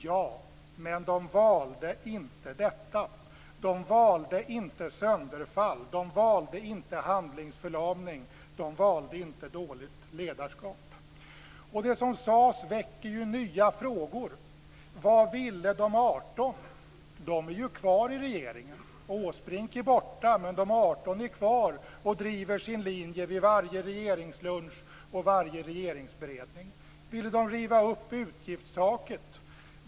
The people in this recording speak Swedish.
Ja, men de valde inte detta. De valde inte sönderfall. De valde inte handlingsförlamning. De valde inte dåligt ledarskap. Det som sades väcker nya frågor. Vad ville de 18? De är ju kvar i regeringen. Åsbrink är borta, men de 18 är kvar och driver sin linje vid varje regeringslunch och i varje regeringsberedning. Ville de riva upp utgiftstaket?